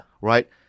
right